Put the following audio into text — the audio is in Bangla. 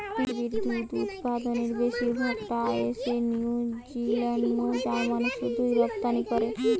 পৃথিবীর দুধ উতপাদনের বেশির ভাগ টা আইসে নিউজিলান্ড নু জার্মানে শুধুই রপ্তানি করে